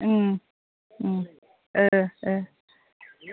ओं ओं औ औ